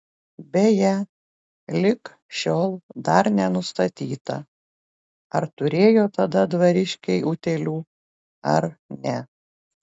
beje lig šiol dar nenustatyta ar turėjo tada dvariškiai utėlių ar ne